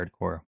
hardcore